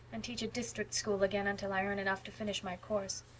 and teach a district school again until i earn enough to finish my course.